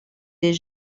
des